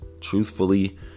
truthfully